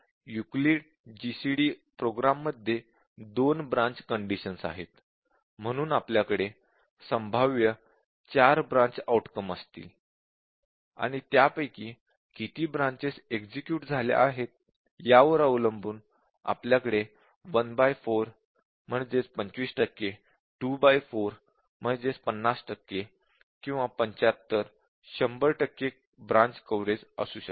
Euclid GCD program मध्ये दोन branch conditions आहेत म्हणून आपल्याकडे संभाव्य चार ब्रांच आउटकम असतील आणि त्यापैकी किती ब्रांचेस एक्झिक्युट झाल्या आहेत यावर अवलंबून आपल्याकडे 1 4 25 टक्के किंवा 2 4 50 टक्के किंवा 75 टक्के 100 टक्के ब्रांच कव्हरेज असू शकते